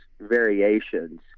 variations